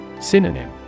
Synonym